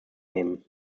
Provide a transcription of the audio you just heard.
nehmen